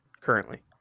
currently